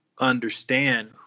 understand